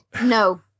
No